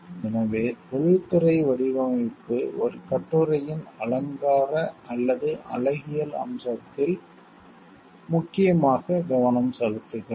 எனவே தொழில்துறை வடிவமைப்பு ஒரு கட்டுரையின் அலங்கார அல்லது அழகியல் அம்சத்தில் முக்கியமாக கவனம் செலுத்துகிறது